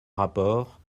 rapport